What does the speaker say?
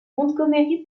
montgomery